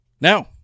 Now